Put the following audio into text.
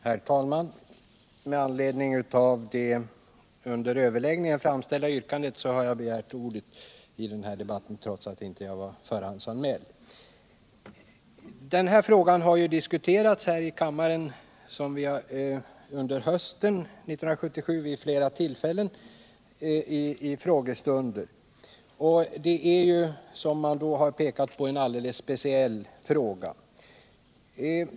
Herr talman! Med anledning av det under överläggningen framställda yrkandet har jag begärt ordet i den här debatten, trots att jag inte är förhandsanmäld. Under hösten 1977 har denna fråga diskuterats vid flera tillfällen i samband med frågestunder här i kammaren. Man har därvid mycket riktigt pekat på att det här handlar om en alldeles speciell fråga.